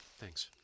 Thanks